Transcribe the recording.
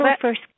first